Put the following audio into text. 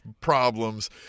problems